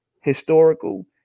historical